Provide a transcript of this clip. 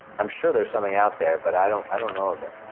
i'm sure there's something out there, but i don't i don't know of it.